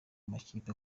makipe